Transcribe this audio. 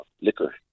liquor